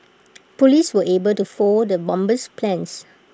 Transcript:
Police were able to foil the bomber's plans